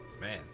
Man